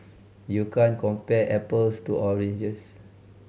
you can't compare apples to oranges